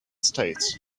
states